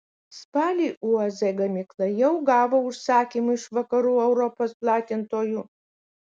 spalį uaz gamykla jau gavo užsakymų iš vakarų europos platintojų